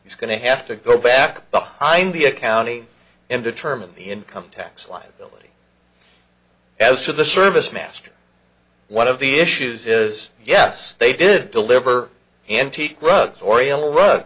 he's going to have to go back behind the accounting and determine the income tax liability as to the service master one of the issues is yes they did deliver antique rugs oriel rug